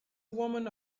woman